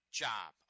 job